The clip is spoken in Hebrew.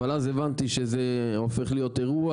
אבל אז הבנתי שזה הופך להיות אירוע